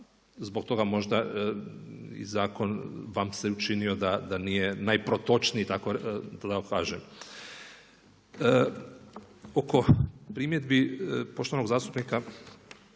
zbog toga možda i zakon vam se učinio da nije najprotočniji tako da kažem. Oko primjedbi poštovanog zastupnika